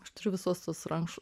aš turiu visus tuos rankš